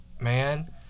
man